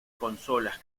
consolas